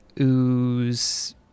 ooze